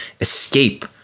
escape